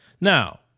Now